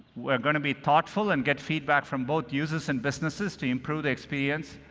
we're going to be thoughtful and get feedback from both users and businesses to improve the experience.